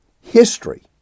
History